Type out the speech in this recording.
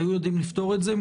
היו יודעים לפתור את זה.